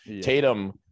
Tatum